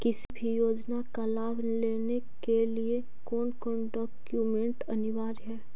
किसी भी योजना का लाभ लेने के लिए कोन कोन डॉक्यूमेंट अनिवार्य है?